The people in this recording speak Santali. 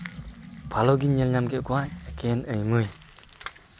ᱵᱷᱟᱹᱞᱤ ᱜᱤᱧ ᱧᱮᱞ ᱧᱟᱢ ᱠᱮᱫ ᱠᱚᱣᱟ ᱮᱠᱷᱮᱱ ᱟᱹᱭᱼᱢᱟᱹᱭ